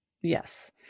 Yes